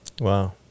Wow